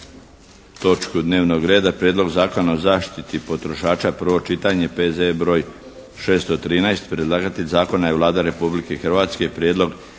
točku dnevnog reda. - Prijedlog Zakona o zaštiti potrošača, prvo čitanje P.Z.E. br. 613. Predlagatelj zakona je Vlada Republike Hrvatske. Prijedlog